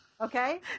Okay